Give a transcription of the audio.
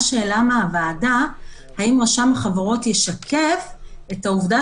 הוועדה שאלה האם רשם החברות ישקף את העובדה